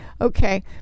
Okay